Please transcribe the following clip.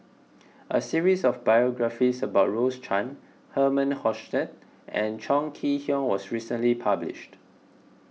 a series of biographies about Rose Chan Herman Hochstadt and Chong Kee Hiong was recently published